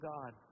God